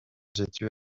situe